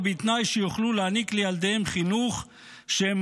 ובתנאי שיוכלו להעניק לילדיהם חינוך שהם